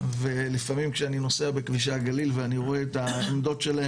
ולפעמים כשאני נוסע בכבישי הגליל ואני רואה את העמדות שלהם